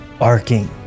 arcing